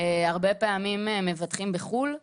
הרבה פעמים למבטחים בחו"ל,